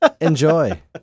enjoy